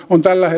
on täällä